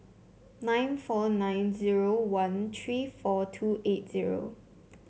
nine four nine zero one three four two eight zero